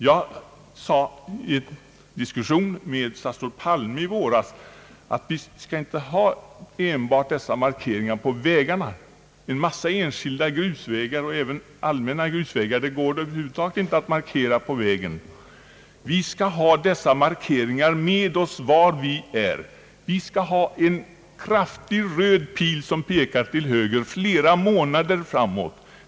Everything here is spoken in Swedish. Vid en diskussion med statsrådet Palme i våras sade jag att vi inte enbart skall ha dessa markeringar på vägarna. På en mängd enskilda grusvägar och även allmänna grusvägar går det över huvud taget inte att göra markeringar på vägen. Vi skall ha dessa markeringar med oss var vi än är. Vi skall ha en kraftig röd pil på vindrutan som pekar till höger flera månader framåt.